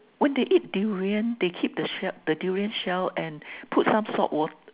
when they eat durian they keep shell the durian shell and put some hot